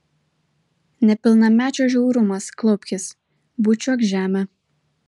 nepilnamečio žiaurumas klaupkis bučiuok žemę